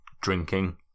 drinking